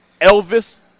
Elvis